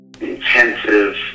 intensive